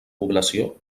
població